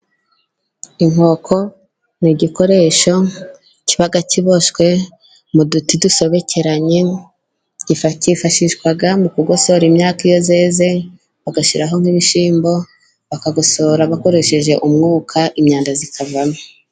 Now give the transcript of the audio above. Inkoko ni igikoresho kiba kiboshywe mu duti dusobekeranye, yifashishwa mu kugosora imyaka, iyo yeze bagashyiraho nk'ibishimbo bakagosora bakoresheje umwuka, imyanda ikavamo.